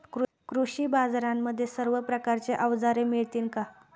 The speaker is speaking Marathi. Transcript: कृषी बाजारांमध्ये सर्व प्रकारची अवजारे मिळतील का?